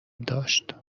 داشت